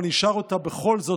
אני אשאל אותה בכל זאת,